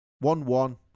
one-one